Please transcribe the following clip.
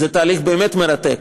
זה תהליך באמת מרתק,